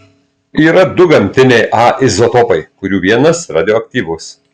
yra du gamtiniai a izotopai kurių vienas radioaktyvus